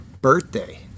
birthday